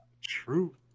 true